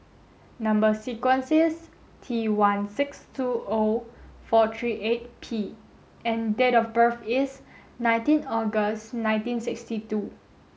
number sequence is T one six two O four three eight P and date of birth is nineteen August nineteen sixty two